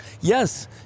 yes